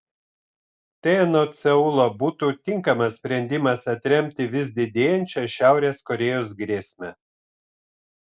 tai anot seulo būtų tinkamas sprendimas atremti vis didėjančią šiaurės korėjos grėsmę